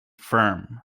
firm